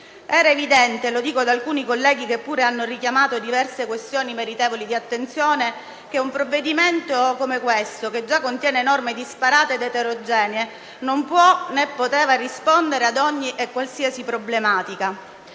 Era evidente - lo dico ad alcuni colleghi, che pure hanno richiamato diverse questioni meritevoli di attenzione - che un provvedimento come questo, che già contiene norme disparate ed eterogenee, non può né poteva rispondere ad ogni e qualsiasi problematica.